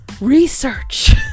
Research